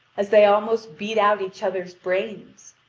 as they almost beat out each other's brains.